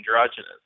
androgynous